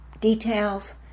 details